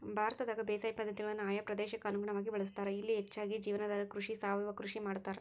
ಭಾರತದಾಗ ಬೇಸಾಯ ಪದ್ಧತಿಗಳನ್ನ ಆಯಾ ಪ್ರದೇಶಕ್ಕ ಅನುಗುಣವಾಗಿ ಬಳಸ್ತಾರ, ಇಲ್ಲಿ ಹೆಚ್ಚಾಗಿ ಜೇವನಾಧಾರ ಕೃಷಿ, ಸಾವಯವ ಕೃಷಿ ಮಾಡ್ತಾರ